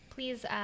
Please